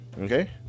okay